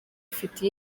ifite